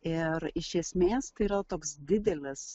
ir iš esmės tai yra toks didelis